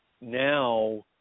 now